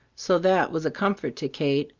so that was a comfort to kate,